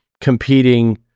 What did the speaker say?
competing